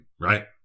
right